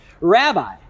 Rabbi